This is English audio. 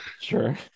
sure